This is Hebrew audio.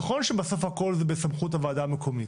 נכון שבסוף הכל זה בסמכות הוועדה המקומית.